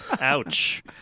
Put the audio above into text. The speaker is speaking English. Ouch